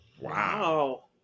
Wow